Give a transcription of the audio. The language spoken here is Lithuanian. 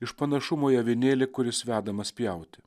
iš panašumo į avinėlį kuris vedamas pjauti